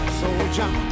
soldier